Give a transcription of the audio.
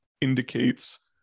indicates